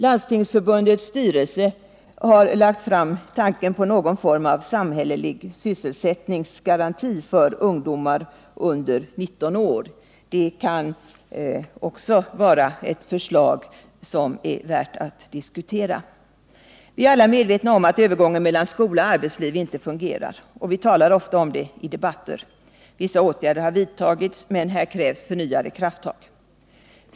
Landstingsförbundets styrelse har lagt fram förslag till någon form av samhällelig sysselsättningsgaranti för ungdomar under 19 år, vilket kan vara värt att diskutera. Vi är alla medvetna om att övergången mellan skola och arbetsliv inte fungerar. Vi talar ofta om det i debatter, och vissa åtgärder har vidtagits. Men här krävs förnyade krafttag.